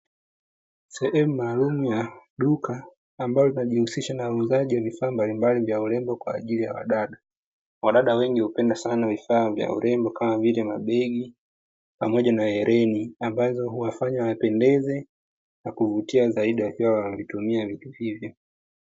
Sehemu maalumu ya duka, ambalo linajihusisha na uuzaji wa vifaa mbalimbali vya urembo kwa ajili ya wadada. Wadada wengi hupenda vifaa vya urembo, kama vile mabegi pamoja na hereni, ambazo huwafanya wapendeze na kuvutia zaidi wakiwa wanatumia vitu hivi.